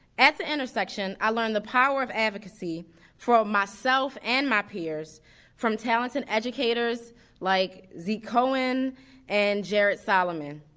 at the intersection i learned the power of advocacy for myself and my peers from talented educators like zeke cohen and jared solomon.